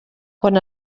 quan